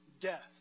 death